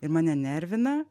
ir mane nervina